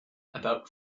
about